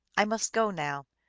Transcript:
i must go now.